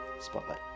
spotlight